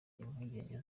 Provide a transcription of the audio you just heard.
impungenge